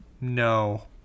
no